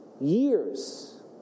years